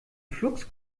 flux